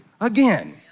again